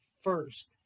first